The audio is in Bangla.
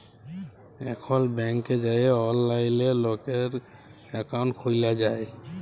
এখল ব্যাংকে যাঁয়ে অললাইলে লকের একাউল্ট খ্যুলা যায়